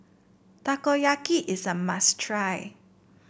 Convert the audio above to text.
Takoyaki is a must try